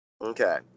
Okay